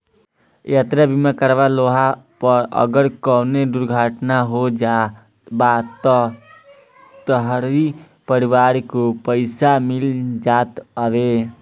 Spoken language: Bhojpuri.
यात्रा बीमा करवा लेहला पअ अगर कवनो दुर्घटना हो जात बा तअ तोहरी परिवार के पईसा मिल जात हवे